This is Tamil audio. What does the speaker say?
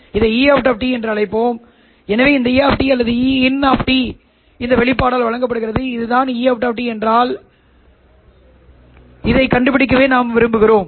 இதை Eout என்று அழைப்போம் எனவே இந்த E அல்லது Ein இந்த வெளிப்பாட்டால் வழங்கப்படுகிறது இதுதான் Eout என்றால் என்ன என்பதை நாம் கண்டுபிடிக்க விரும்புகிறோம்